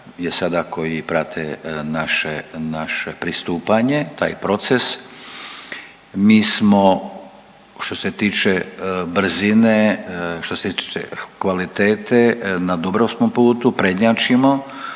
je sada koji prate naše, naše pristupanje, taj proces. Mi smo što se tiče brzine i što se tiče kvalitete na dobrom smo putu, prednjačimo,